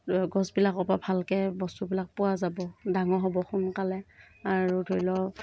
গছবিলাকৰ পৰা ভালকে বস্তুবিলাক পোৱা যাব ডাঙৰ হ'ব সোনকালে আৰু ধৰি ল